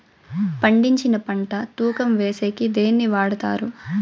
పండించిన పంట తూకం వేసేకి దేన్ని వాడతారు?